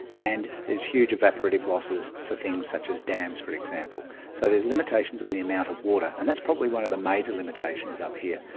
and there's huge evaporative losses for things such as dams, for example. so there's limitations on the amount of water, and that's probably one of the major limitations up here.